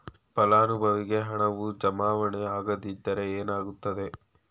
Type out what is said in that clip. ಫಲಾನುಭವಿಗೆ ಹಣವು ಜಮಾವಣೆ ಆಗದಿದ್ದರೆ ಏನಾಗುತ್ತದೆ?